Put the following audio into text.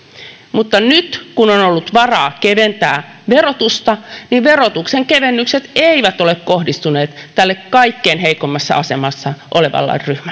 mutta nyt kun on ollut varaa keventää verotusta verotuksen kevennykset eivät ole kohdistuneet tälle kaikkein heikoimmassa asemassa olevalle ryhmälle